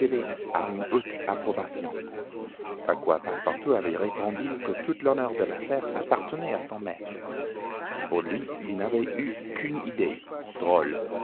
une haute approbation a quoi passepartout avait répondu que tout l'honneur de l'affaire appartenait à son maître pour lui il n'avait eu qu'une idée drôle